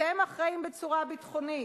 אתם אחראיים בצורה ביטחונית?